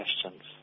questions